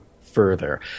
further